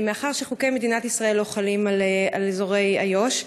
מאחר שחוקי מדינת ישראל לא חלים על אזורי יו"ש.